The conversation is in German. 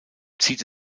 zieht